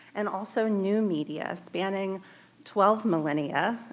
and also new media spanning twelve millennia.